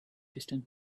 distant